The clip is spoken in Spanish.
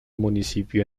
municipio